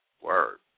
Word